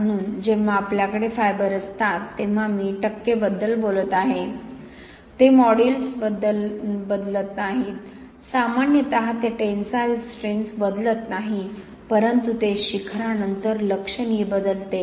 म्हणून जेव्हा आपल्याकडे फायबरअसतात तेव्हा मी टक्के बद्दल बोलत आहे ते मॉड्यूलस बदलत नाही सामान्यतः ते टेन्साइल स्ट्रेन्थ्स बदलत नाही परंतु ते शिखरानंतर लक्षणीय बदलते